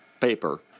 paper